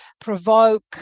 provoke